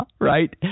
right